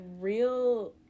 real